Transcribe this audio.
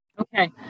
Okay